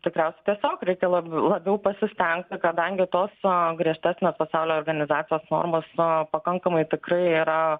tikriausiai tiesiog reikia lab labiau pasistengt kadangi tos griežtesnės pasaulio organizacijos formos pakankamai tikrai yra